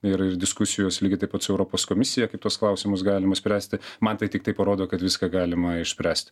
ir ir diskusijos lygiai taip pat su europos komisija kaip tuos klausimus galima spręsti man tai tiktai parodo kad viską galima išspręst